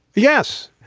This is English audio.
yes.